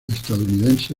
estadounidense